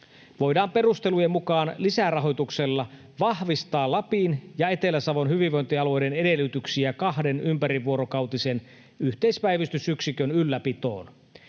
voidaan perustelujen mukaan lisärahoituksella vahvistaa Lapin ja Etelä-Savon hyvinvointialueiden edellytyksiä kahden ympärivuorokautisen yhteispäivystysyksikön ylläpitoon.